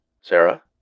Sarah